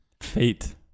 Fate